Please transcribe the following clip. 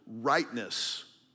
rightness